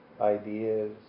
ideas